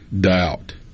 doubt